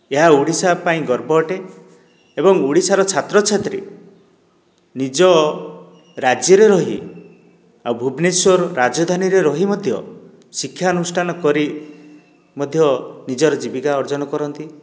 ଏହା ଓଡ଼ିଶା ପାଇଁ ଗର୍ବ ଅଟେ ଏବଂ ଓଡ଼ିଶାର ଛାତ୍ର ଛାତ୍ରୀ ନିଜ ରାଜ୍ୟରେ ରହି ଆଉ ଭୁବନେଶ୍ୱର ରାଜଧାନୀରେ ରହି ମଧ୍ୟ ଶିକ୍ଷାନୁଷ୍ଠାନ କରି ମଧ୍ୟ ନିଜର ଜୀବିକା ଅର୍ଜନ କରନ୍ତି